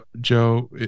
joe